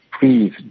please